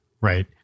right